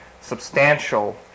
substantial